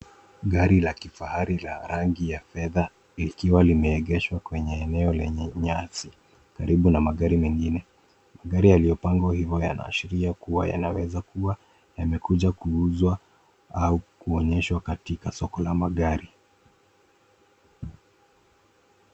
Gari la kifahari la rangi ya fedha likiwa limegeshwa kwenye eneo lenye nyasi karibu na magari mengine, magari yaliyopangwa hivyo yanaashiria kuwa yanaweza kuwa yamekuja kuuzwa au kuonyeshwa katika soko la magari.